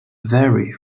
vary